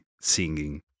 singing